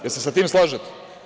Jel se sa tim slažete?